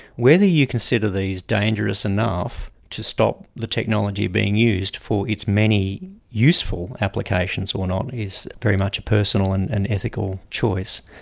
whether you consider these dangerous enough to stop the technology being used for its many useful applications or not is very much a personal and and ethical choice.